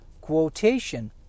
quotation